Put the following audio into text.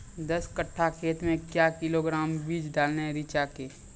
दस कट्ठा खेत मे क्या किलोग्राम बीज डालने रिचा के?